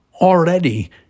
Already